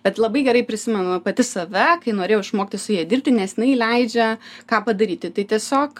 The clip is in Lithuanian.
bet labai gerai prisimenu pati save kai norėjau išmokti su ja dirbti nes jinai leidžia ką padaryti tai tiesiog